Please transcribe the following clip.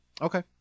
okay